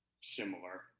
similar